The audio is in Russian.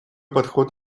подход